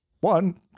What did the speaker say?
one